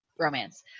romance